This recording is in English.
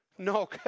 No